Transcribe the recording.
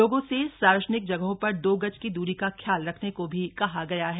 लोगों से सार्वजनिक जगहों पर दो गज की दूरी का ख्याल रखने को भी कहा गया है